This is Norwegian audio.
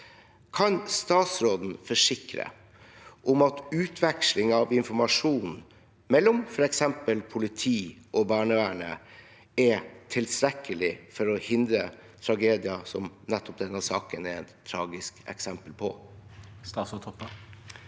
Kan statsråden forsikre om at utveksling av informasjon mellom f.eks. politiet og barnevernet er tilstrekkelig for å hindre tragedier som nettopp denne saken er et tragisk eksempel på? Statsråd Kjersti